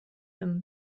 him